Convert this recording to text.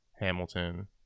Hamilton